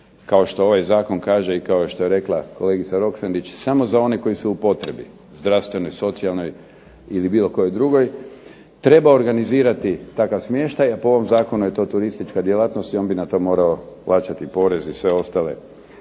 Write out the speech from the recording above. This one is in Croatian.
kao što ovaj Zakon kaže i kao što je rekla kolegica Roksandić samo za one koji su u potrebi, zdravstvenoj, socijalnoj ili bilo kojoj drugoj, treba organizirati takav smještaj a po ovom zakonu je to turistička djelatnost i on bi na to morao plaćati porez i sve ostale